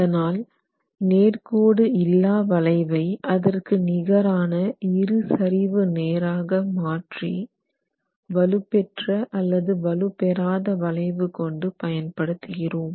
அதனால் நேர்க்கோடு இல்லா வளைவை அதற்கு நிகரான இருசரிவு நேராக மாற்றி வலுபெற்ற அல்லது வலு பெறாத வளைவு கொண்டு பயன்படுத்துகிறோம்